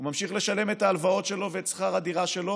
הוא ממשיך לשלם את ההלוואות שלו ואת שכר הדירה שלו,